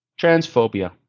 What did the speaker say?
transphobia